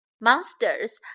Monsters